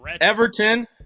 Everton